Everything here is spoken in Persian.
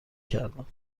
کردم